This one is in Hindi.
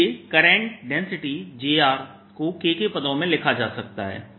इसलिए करंट डेंसिटी jr को K के पदों में लिखा जा सकता है